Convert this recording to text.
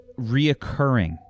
reoccurring